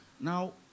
Now